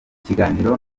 kiganiro